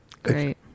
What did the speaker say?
Great